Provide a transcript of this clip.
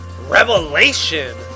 revelation